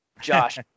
Josh